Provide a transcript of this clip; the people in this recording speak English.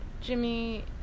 Jimmy